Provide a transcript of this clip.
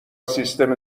سیستم